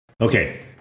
Okay